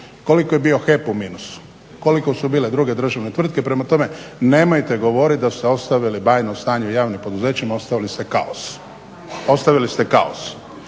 Koliko je bio HEP u minusu, koliko su bile druge državne tvrtke. Prema tome, nemojte govoriti da ste ostavili bajno stanje u javnim poduzećima. Ostavili ste kaos. Isto tako